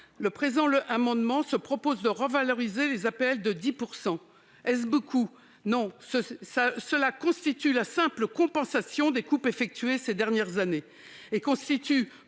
le présent amendement, de revaloriser les APL de 10 %. Est-ce beaucoup ? Non ! C'est la simple compensation des coupes effectuées ces dernières années et le